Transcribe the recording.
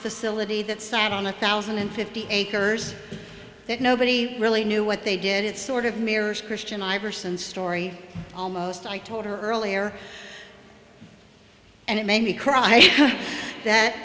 facility that sat on a thousand and fifty acres that nobody really knew what they did it sort of mirrors christian iverson story almost i told her earlier and it made me cry that